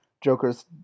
Joker's